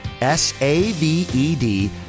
S-A-V-E-D